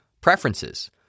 preferences